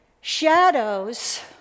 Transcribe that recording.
Shadows